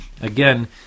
Again